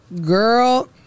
girl